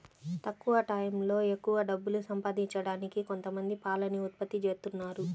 తక్కువ టైయ్యంలో ఎక్కవ డబ్బులు సంపాదించడానికి కొంతమంది పాలని ఉత్పత్తి జేత్తన్నారు